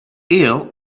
eel